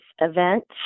Events